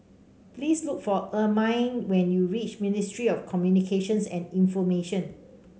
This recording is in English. please look for Ermine when you reach Ministry of Communications and Information